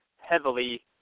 heavily